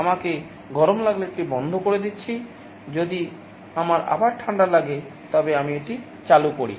আমাকে গরম লাগলে এটি বন্ধ করে দিচ্ছি যদি আমার আবার ঠান্ডা লাগে তবে আমি এটি চালু করি